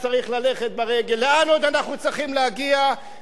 לאן עוד אנחנו צריכים להגיע כדי שיהיה גוף אחד?